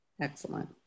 Excellent